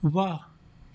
वाह